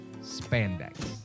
spandex